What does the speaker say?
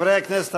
חברי הכנסת,